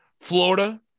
Florida